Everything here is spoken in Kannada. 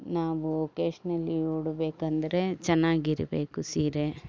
ನಾವು ಒಕೇಶ್ನಲಿ ಉಡಬೇಕಂದರೆ ಚೆನ್ನಾಗಿರಬೇಕು ಸೀರೆ